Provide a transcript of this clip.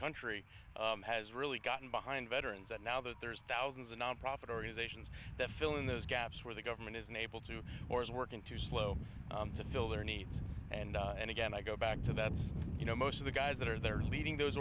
country has really gotten behind veterans and now that there's thousands of nonprofit organizations that fill in those gaps where the government is unable to or is working too slow to fill their needs and and again i go back to that you know most of the guys that are there are leaving those